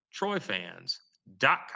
troyfans.com